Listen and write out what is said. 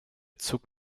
zug